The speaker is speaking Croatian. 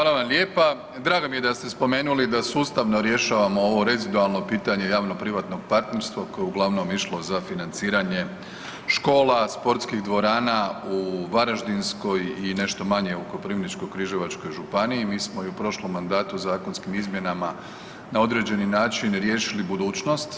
Hvala vam lijepa, drago mi je da ste spomenuli da sustavno rješavamo ovo rezidualno pitanje javno-privatnog partnerstva koje je uglavnom išlo za financiranje škola, sportskih dvorana u Varaždinskoj i nešto manje u Koprivničko-križevačkoj županiji, mi smo i u prošlom mandatu zakonskim izmjenama na određeni način riješili budućnost.